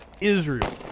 Israel